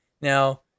now